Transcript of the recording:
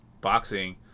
boxing